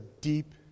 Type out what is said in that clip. deep